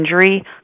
injury